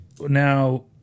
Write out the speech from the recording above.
now